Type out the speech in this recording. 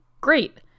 great